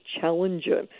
Challenger